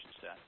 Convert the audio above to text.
set